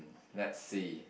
lets see